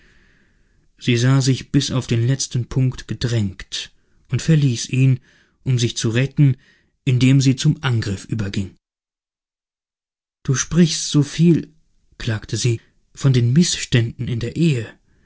sie sah sich bis auf den letzten punkt gedrängt und verließ ihn um sich zu retten indem sie zum angriff überging du sprichst so viel klagte sie von den mißständen in der ehe